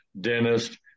dentist